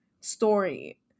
story